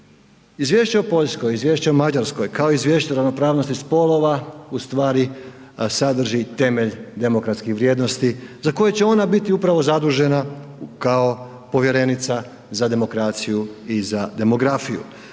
Izvješće o Poljskoj, izvješće o Mađarskoj kao i izvješće o ravnopravnosti spolova ustvari sadrži temelj demokratskih vrijednosti za koje će ona biti upravo zadužena kao povjerenica za demokraciju i za demografiju.